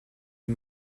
est